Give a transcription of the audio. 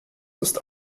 ist